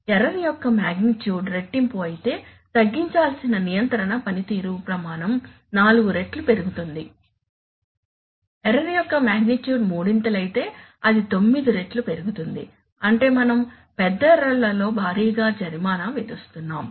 error యొక్క magnitude రెట్టింపు అయితే తగ్గించాల్సిన నియంత్రణ పనితీరు ప్రమాణం నాలుగు రెట్లు పెరుగుతుంది ఎర్రర్ యొక్క మాగ్నిట్యూడ్ మూడింతలయితే అది తొమ్మిది రెట్లు పెరుగుతుంది అంటే మనం పెద్ద ఎర్రర్ లలో భారీగా జరిమానా విధిస్తున్నాము